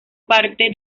parte